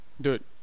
Dude